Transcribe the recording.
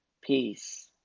peace